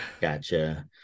gotcha